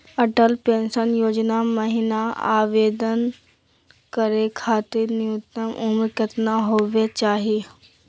Atal pension Yojana महिना आवेदन करै खातिर न्युनतम उम्र केतना होवे चाही?